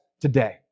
today